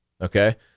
Okay